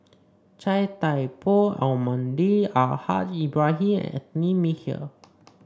Chia Thye Poh Almahdi Al Haj Ibrahim Anthony Miller